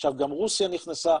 עכשיו גם רוסיה נכנסה.